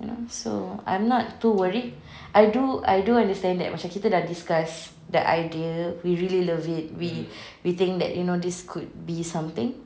you know so I'm not too worried I do I do understand that macam kita dah discuss the idea we really love it we we think that you know this could be something